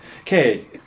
okay